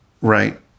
Right